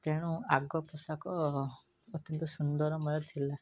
ତେଣୁ ଆଗ ପୋଷାକ ଅଧିକ ସୁନ୍ଦରମୟ ଥିଲା